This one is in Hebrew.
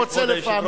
כבוד היושב-ראש,